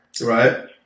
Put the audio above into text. Right